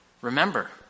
Remember